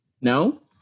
No